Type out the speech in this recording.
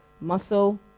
muscle